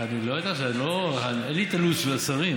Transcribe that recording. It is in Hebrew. אני לא יודע, אין לי הלו"ז של השרים.